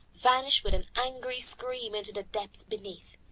vanished with an angry scream into the depths beneath.